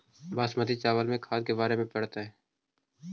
बासमती चावल में खाद के बार डाले पड़तै?